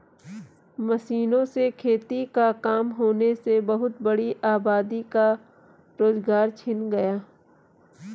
मशीनों से खेती का काम होने से बहुत बड़ी आबादी का रोजगार छिन गया है